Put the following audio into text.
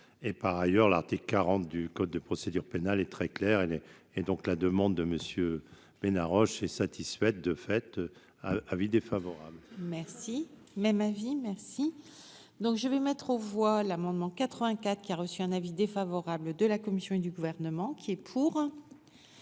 et par ailleurs, l'article 40 du code de procédure pénale est très clair et les et donc la demande de monsieur Ménard Roche est satisfaite de fête : avis défavorable. Merci même avis merci donc je vais mettre aux voix l'amendement 84 qui a reçu un avis défavorable de la Commission et du gouvernement qui est pour,